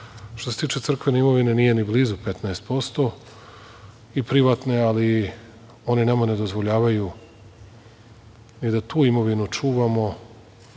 se tiče crkvene imovine, nije ni blizu 15% i privatne, ali oni nama ne dozvoljavaju ni da tu imovinu čuvamo,